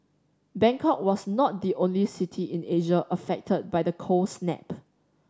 Bangkok was not the only city in Asia affected by the cold snap